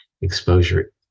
exposure